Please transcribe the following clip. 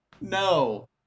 no